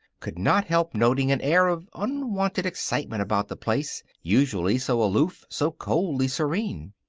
could not help noting an air of unwonted excitement about the place, usually so aloof, so coldly serene.